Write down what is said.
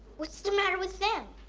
what's the matter with them?